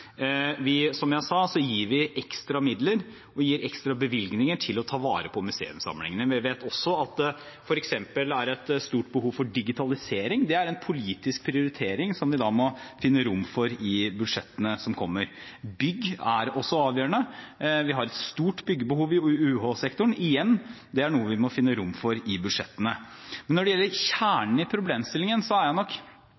ekstra bevilgninger til å ta vare på museumssamlingene. Jeg vet også at det f.eks. er et stort behov for digitalisering. Det er en politisk prioritering som vi må finne rom for i budsjettene som kommer. Bygg er også avgjørende. Vi har et stort byggebehov i UH-sektoren. Igjen: Det er noe vi må finne rom for i budsjettene. Når det gjelder kjernen i problemstillingen, er jeg